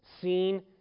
seen